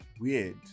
Weird